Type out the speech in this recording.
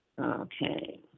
okay